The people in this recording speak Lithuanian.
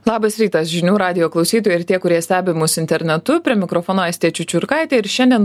labas rytas žinių radijo klausytojai ir tie kurie stebi mus internetu prie mikrofono aistė čiučiurkaitė ir šiandien